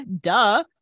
duh